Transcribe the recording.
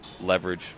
leverage